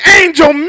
angel